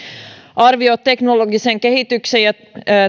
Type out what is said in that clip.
arvio teknologisen kehityksen ja